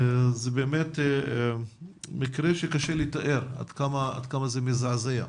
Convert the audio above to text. זה בעצם מקרה שקשה לתאר עד כמה הוא מזעזע.